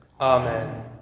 Amen